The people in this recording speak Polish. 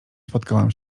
spotkałam